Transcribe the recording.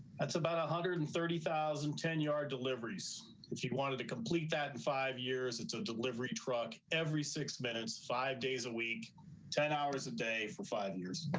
that's about one hundred and thirty thousand ten yard deliveries. if you wanted to complete that in five years. it's a delivery truck every six minutes, five days a week ten hours a day for five years.